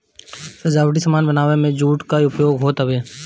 सजावटी सामान बनावे में भी जूट कअ उपयोग होत हवे